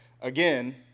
Again